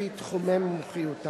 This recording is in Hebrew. על-פי תחומי מומחיותם.